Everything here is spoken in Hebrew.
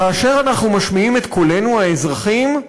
כאשר אנחנו משמיעים את קולנו, האזרחים,